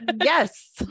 Yes